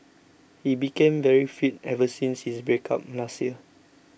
he became very fit ever since his breakup last year